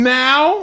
now